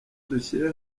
dushyire